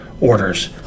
orders